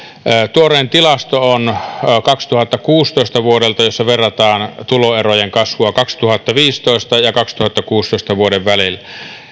tuorein tilasto on vuodelta kaksituhattakuusitoista ja siinä verrataan tuloerojen kasvua vuosien kaksituhattaviisitoista ja kaksituhattakuusitoista välillä